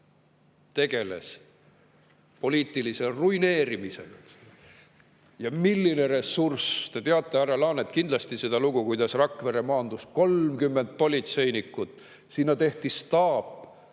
selle poliitilise ruineerimisega. Ja milline ressurss! Te teate, härra Laanet, kindlasti seda lugu, kuidas Rakverre maandus 30 politseinikut, sinna tehti staap,